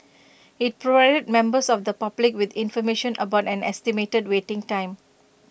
IT provided members of the public with information about an estimated waiting time